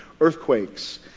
Earthquakes